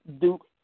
Duke